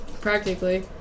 practically